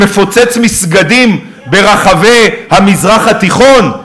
ב"דאעש", שמפוצץ מסגדים ברחבי המזרח התיכון?